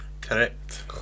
Correct